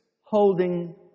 holding